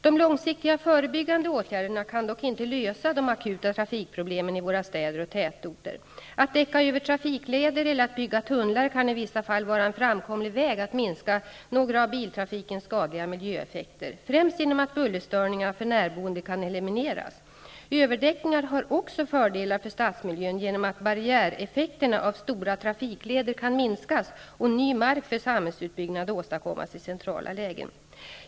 De långsiktiga, förebyggande åtgärderna kan dock inte lösa de akuta trafikproblemen i våra städer och tätorter. Att däcka över trafikleder eller att bygga tunnlar kan i vissa fall vara en framkomlig väg att minska några av biltrafikens skadliga miljöeffekter, främst genom att bullerstörningarna för närboende kan elimineras. Överdäckningar har också fördelar för stadsmiljön, genom att ''barriäreffekterna'' av stora trafikleder kan minskas och ny mark för samhällsutbyggnad åstadkommas i centrala lägen.